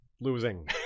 losing